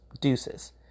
Deuces